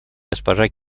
госпожа